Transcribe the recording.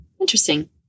interesting